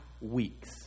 weeks